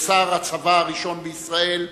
לשר הצבא הראשון בישראל,